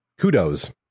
Kudos